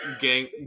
gang